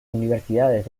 universidades